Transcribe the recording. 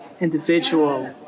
individual